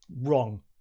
Wrong